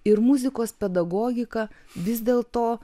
ir muzikos pedagogiką vis dėl to